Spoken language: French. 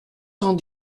cent